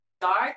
dark